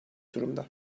durumda